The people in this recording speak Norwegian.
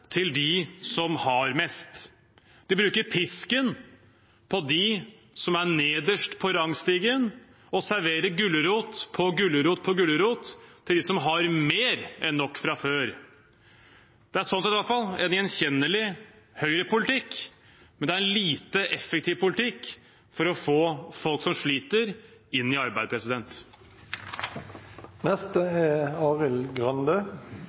til dem som har mest. De bruker pisken på dem som er nederst på rangstigen, og serverer gulrot på gulrot på gulrot til dem som har mer enn nok fra før. Det er slik sett i alle fall en gjenkjennelig høyrepolitikk, men det er en lite effektiv politikk for å få folk som sliter, i arbeid.